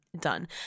done